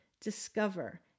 discover